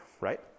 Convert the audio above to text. Right